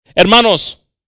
Hermanos